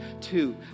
Two